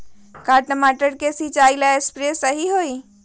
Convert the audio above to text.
का टमाटर के सिचाई ला सप्रे सही होई?